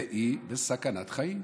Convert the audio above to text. והיא בסכנת חיים.